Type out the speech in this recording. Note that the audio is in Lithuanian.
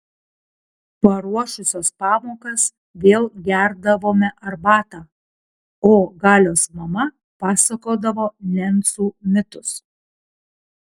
paruošusios pamokas vėl gerdavome arbatą o galios mama pasakodavo nencų mitus